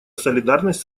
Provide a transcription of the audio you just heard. солидарность